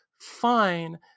Fine